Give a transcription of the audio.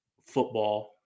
football